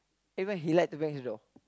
even he like to bang his door